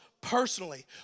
personally